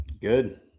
Good